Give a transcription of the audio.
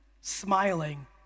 smiling